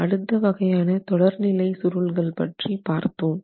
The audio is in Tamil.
அடுத்து வகையான தொடர்நிலை சுருள்கள் பற்றி பார்த்தோம்